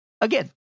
again